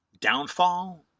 downfall